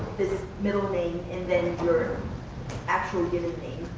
this middle name, and then your actual given name.